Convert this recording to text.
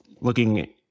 looking